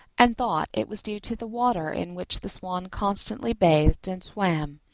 and thought it was due to the water in which the swan constantly bathed and swam.